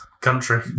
Country